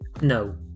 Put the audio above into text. No